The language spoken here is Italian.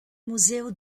museo